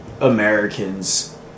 Americans